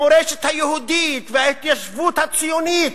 המורשת היהודית וההתיישבות הציונית.